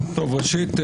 ראשית,